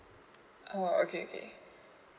oh okay